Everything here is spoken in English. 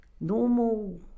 normal